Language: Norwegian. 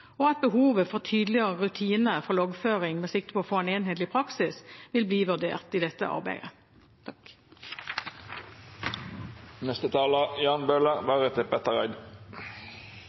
og at behovet for tydeligere rutiner for loggføring med sikte på å få en enhetlig praksis vil bli vurdert i dette arbeidet.